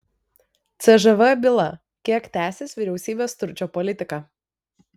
cžv byla kiek tęsis vyriausybės stručio politika